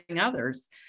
others